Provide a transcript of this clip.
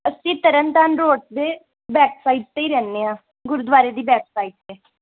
ਅਸੀਂ ਤਰਨ ਤਾਰਨ ਰੋਡ ਦੇ back side 'ਤੇ ਹੀ ਰਹਿੰਦੇ ਹਾਂ ਗੁਰਦੁਆਰੇ ਦੀ ਬੈਕ ਸਾਈਡ 'ਤੇ